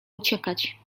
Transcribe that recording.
uciekać